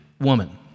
woman